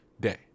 day